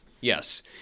Yes